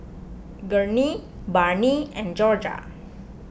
Gurney Barney and Jorja